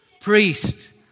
Priest